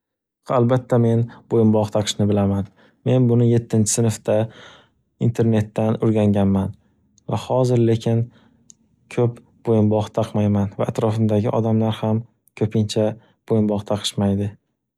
Ha albatta, men bo'yinboq takishni bilaman, men buni yettinchi sinfda internetdan o'rganganman va hozir lekin ko'p bo'yinbog' taqmayman va atrofimdagi odamlar ham ko'pincha bo'yinbog' taqishmaydi.